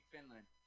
Finland